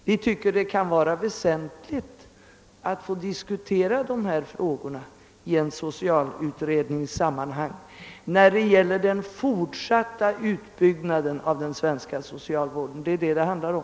Vi tycker det är väsentligt att i sammanhang med socialutredningen diskutera den fortsatta utbyggnaden av den svenska socialvården, och det är den saken det handlar om.